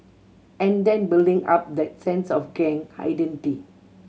and then building up that sense of gang identity